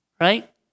right